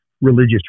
religious